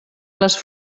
les